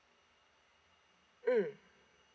mm